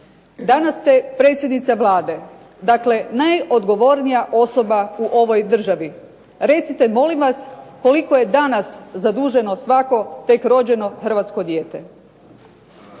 Danas ste predsjednica Vlade, dakle najodgovornija osoba u ovoj državi. Recite, molim vas, koliko je danas zaduženo svako tek rođeno hrvatsko dijete?